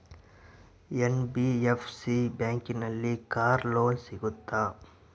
NBFC ಬ್ಯಾಂಕಿನಲ್ಲಿ car loan ಸಿಗುತ್ತಾ?